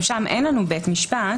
שם אין לנו בית משפט.